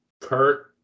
Kurt